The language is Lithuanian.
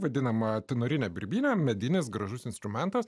vadinama tenorinė birbynė medinis gražus instrumentas